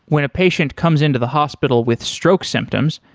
when a patient comes into the hospital with stroke symptoms,